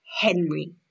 Henry